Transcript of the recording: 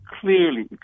clearly